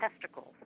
testicles